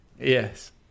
Yes